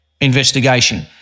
investigation